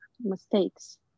mistakes